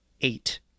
eight